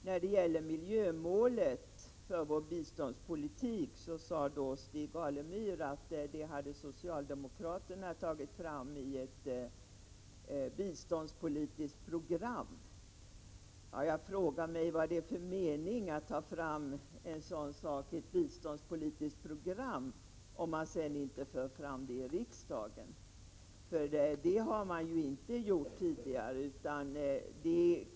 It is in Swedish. När det gäller miljömålet för vår biståndspolitik sade Stig Alemyr att det hade socialdemokraterna tagit fram i ett biståndspolitiskt program. Jag frågar mig vad det är för mening med att ta upp en sådan sak i ett biståndspolitiskt program, om man sedan inte för fram saken i riksdagen. Det har socialdemokraterna ju inte gjort tidigare.